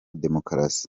demokarasi